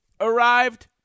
arrived